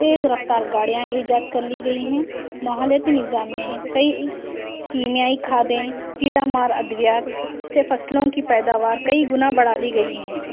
تیز رفتار گاڑیاں ایجاد کر لی گئی ہیں ماحولیاتی نظام میں کئی کیمیائی کھادیں کیڑا مار ادویات سے فصلوں کی پیداوار کئی گنا بڑھا لی گئی ہیں